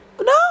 No